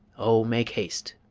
oh make haste!